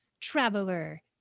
traveler